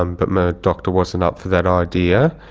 um but my doctor wasn't up for that idea.